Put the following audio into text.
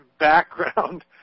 background